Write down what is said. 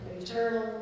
eternal